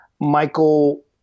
Michael